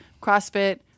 CrossFit